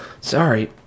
Sorry